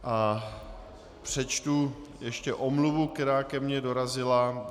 A přečtu ještě omluvu, která ke mně dorazila.